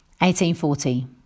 1840